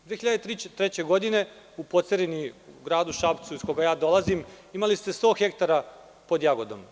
2003. godine u gradu Šapcu iz koga dolazim, imali ste 100 hektara pod jagodom.